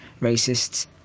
racists